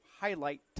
highlight